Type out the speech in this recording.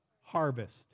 harvest